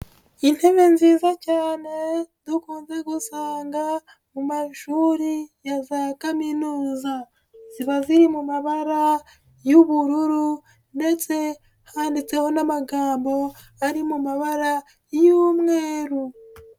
Intebe nziza cyane dukunze gusanga mu mashuri ya za kaminuza, ziba ziri mu mabara y'ubururu ndetse handitseho n'amagambo ari mu mabara y'umweru.